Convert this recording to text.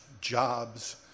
jobs